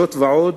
זאת ועוד,